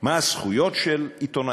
מה הזכויות של עיתונאים.